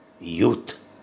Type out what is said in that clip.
youth